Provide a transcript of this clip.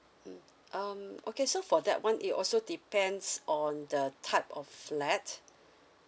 um okay so for that one it also depends on the type of flat